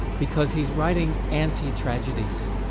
because he's writing anti-tragedies.